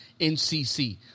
NCC